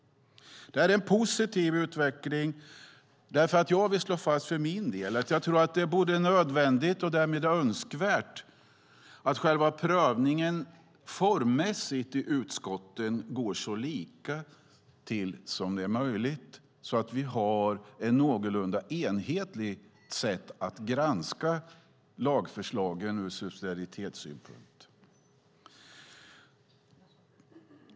Det är en positiv utveckling. Jag vill för min del slå fast att jag tror att det är både nödvändigt och önskvärt att själva prövningen formmässigt i utskotten går så lika till som det är möjligt så att vi har ett någorlunda enhetligt sätt att granska lagförslagen ur subsidiaritetssynpunkt.